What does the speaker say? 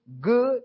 good